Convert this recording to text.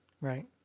right